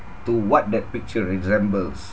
to what that picture resembles